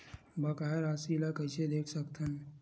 बकाया राशि ला कइसे देख सकत हान?